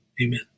Amen